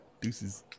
Deuces